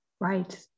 Right